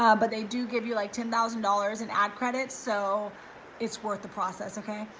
ah but they do give you like ten thousand dollars in ad credits, so it's worth the process, okay?